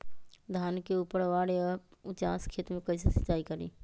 धान के ऊपरवार या उचास खेत मे कैसे सिंचाई करें?